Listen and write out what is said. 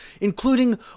including